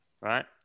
Right